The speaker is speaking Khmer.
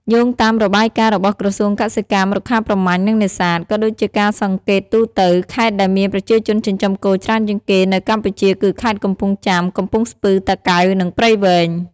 យោងតាមរបាយការណ៍របស់ក្រសួងកសិកម្ម រុក្ខាប្រមាញ់ និងនេសាទ ក៏ដូចជាការសង្កេតទូទៅ ខេត្តដែលមានប្រជាជនចិញ្ចឹមគោច្រើនជាងគេនៅកម្ពុជាគឺ ខេត្តកំពង់ចាម កំពង់ស្ពឺ តាកែវ និងព្រៃវែង។